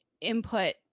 input